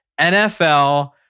NFL